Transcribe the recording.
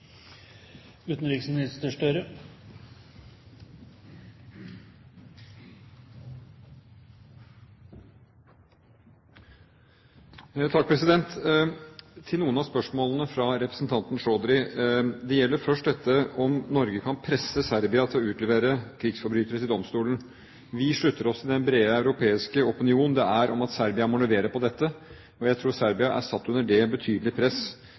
Til noen av spørsmålene fra representanten Chaudhry, og først til dette om Norge kan presse Serbia til å utlevere krigsforbrytere til domstolen. Vi slutter oss til den brede europeiske opinion om at Serbia må levere på dette. Jeg tror Serbia er satt under det betydelige press